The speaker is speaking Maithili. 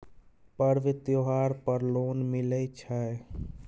पर्व त्योहार पर लोन मिले छै?